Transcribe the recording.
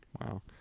Wow